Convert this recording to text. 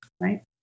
Right